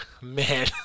man